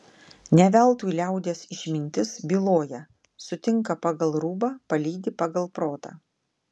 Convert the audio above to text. ne veltui liaudies išmintis byloja sutinka pagal rūbą palydi pagal protą